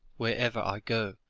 wherever i go,